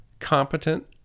competent